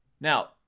Now